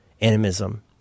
animism